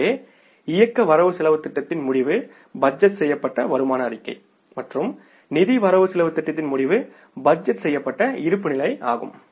எனவே இயக்க வரவு செலவுத் திட்டத்தின் முடிவு பட்ஜெட் செய்யப்பட்ட வருமான அறிக்கை மற்றும் நிதி வரவு செலவுத் திட்டத்தின் முடிவு பட்ஜெட் செய்யப்பட்ட இருப்புநிலை ஆகும்